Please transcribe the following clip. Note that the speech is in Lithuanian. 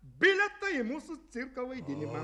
bilietą į mūsų cirko vaidinimą